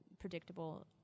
predictable